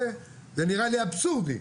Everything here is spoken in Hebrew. זה נראה לי אבסורדי.